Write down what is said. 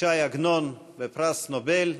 ש"י עגנון בפרס נובל.